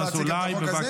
אזולאי,